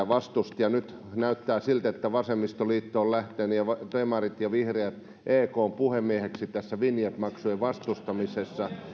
vastusti ja nyt näyttää siltä että vasemmistoliitto demarit ja vihreät ovat lähteneet ekn puhemiehiksi tässä vinjet maksujen vastustamisessa